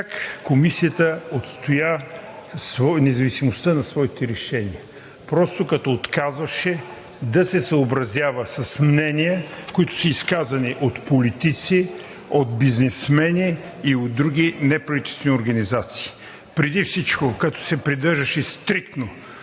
как Комисията отстоя независимостта на своите решения – просто като отказваше да се съобразява с мнения, които са изказани от политици, от бизнесмени и от други неправителствени организации и преди всичко, като се придържаше стриктно